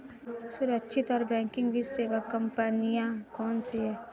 सुरक्षित गैर बैंकिंग वित्त सेवा कंपनियां कौनसी हैं?